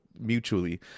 mutually